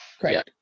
great